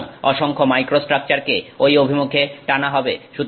সুতরাং অসংখ্য মাইক্রোস্ট্রাকচারকে ঐ অভিমুখে টানা হবে